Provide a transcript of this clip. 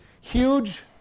huge